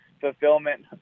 fulfillment